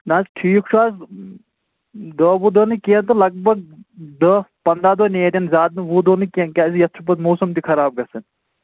نہ حظ ٹھیٖک چھُ حظ دَہ وُہ دۄہ نہٕ کیٚنہہ تہٕ لگ بگ دَہ پَنداہ دۄہ نیرن زیادٕ نہٕ وُہ دۄہ نہٕ کیٚنہہ کیازِ یَتھ چھُ پَتہٕ موسَم تہِ خراب گژھان